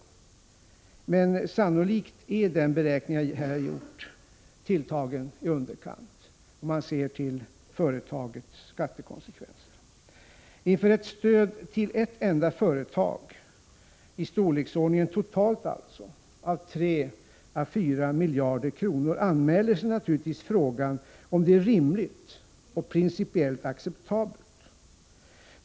Men sannolikt är den beräkning som jag här gjort tilltagen i underkant, om man ser till företagets skattekonsekvenser. Inför ett stöd till ett enda företag i storleksordningen 3—4 milj.kr. totalt anmäler sig naturligtvis frågan om detta är rimligt och principiellt acceptabelt.